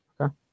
Okay